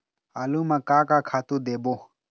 आलू म का का खातू देबो?